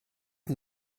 him